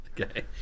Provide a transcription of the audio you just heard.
Okay